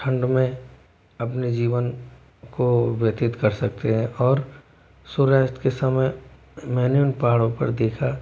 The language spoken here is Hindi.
ठंड में अपने जीवन को व्यतीत कर सकते हैं और सूर्यास्त के समय मैंने उन पहाड़ों पर देखा